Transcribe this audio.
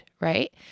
right